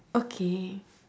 okay